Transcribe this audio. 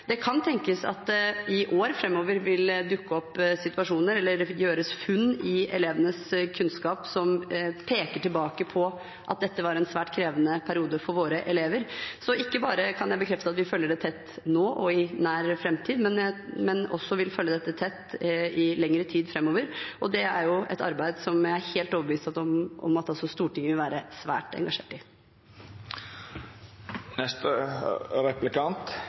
dukke opp situasjoner eller gjøres funn i elevenes kunnskap som peker tilbake på at dette var en svært krevende periode for våre elever. Så ikke bare kan jeg bekrefte at vi følger det tett nå og i nær framtid, men jeg vil også følge dette tett i lengre tid framover. Det er et arbeid som jeg er helt overbevist om at også Stortinget vil være svært engasjert i.